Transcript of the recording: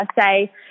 say